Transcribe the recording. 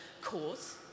cause